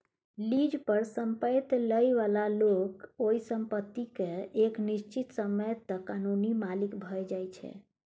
lease पर संपैत लइ बला लोक ओइ संपत्ति केँ एक निश्चित समय तक कानूनी मालिक भए जाइ छै